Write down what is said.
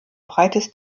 breites